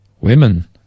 Women